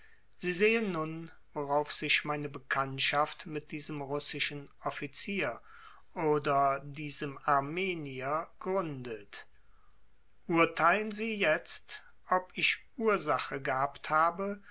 sie sehen nun worauf sich meine bekanntschaft mit diesem russischen offizier oder diesem armenier gründet urteilen sie jetzt ob ich ursache gehabt habe